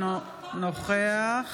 אינו נוכח